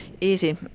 easy